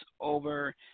over